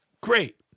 great